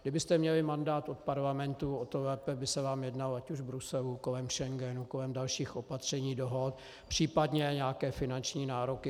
Kdybyste měli mandát od parlamentu, o to lépe by se vám jednalo ať už v Bruselu, kolem Schengenu, kolem dalších opatření, dohod, případně nějaké finanční nároky.